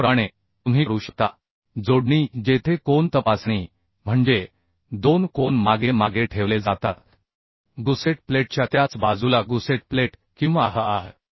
त्याचप्रमाणे तुम्ही करू शकता जोडणी जेथे कोन तपासणी म्हणजे दोन कोन मागे मागे ठेवले जातात गुसेट प्लेटच्या त्याच बाजूला गुसेट प्लेट किंवा आह आह